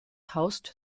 haust